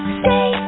stay